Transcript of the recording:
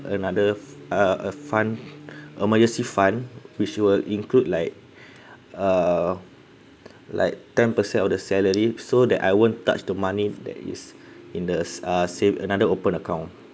another f~ uh a fund emergency fund which will include like uh like ten percent of the salary so that I won't touch the money that is in the s~ uh sa~ another open account